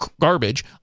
garbage